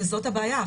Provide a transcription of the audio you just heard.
וזאת הבעיה.